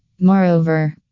Moreover